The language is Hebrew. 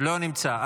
לא נמצא.